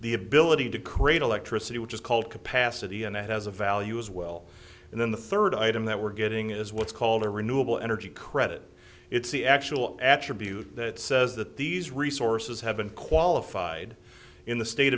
the ability to create electricity which is called capacity and that has a value as well and then the third item that we're getting is what's called a renewable energy credit it's the actual attribute that says that these resources have been qualified in the state